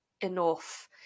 enough